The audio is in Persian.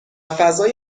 فضای